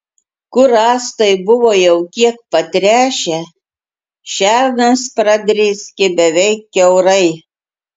kur rąstai buvo jau kiek patręšę šernas pradrėskė beveik kiaurai